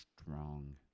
strong